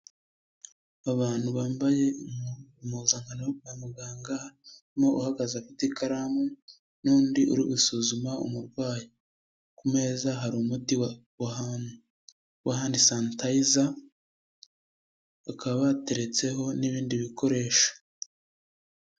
Abantu bambaye impuzankano yo kwa muganga harimo uhagaze afite ikaramu n'undi uri gusuzuma umurwayi. Ku meza hari umuti wa handi sanitayiza bakaba bateretseho n'ibindi bikoresho.